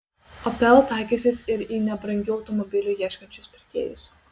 opel taikysis ir į nebrangių automobilių ieškančius pirkėjus